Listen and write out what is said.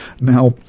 Now